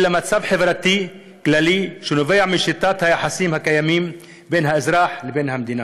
אלא מצב חברתי כללי שנובע משיטת היחסים הקיימים בין האזרח לבין המדינה,